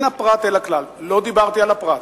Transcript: "מן הפרט אל הכלל" לא דיברתי על הפרט,